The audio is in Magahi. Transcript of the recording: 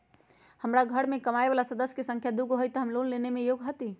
हमार घर मैं कमाए वाला सदस्य की संख्या दुगो हाई त हम लोन लेने में योग्य हती?